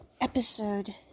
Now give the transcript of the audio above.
episode